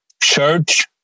church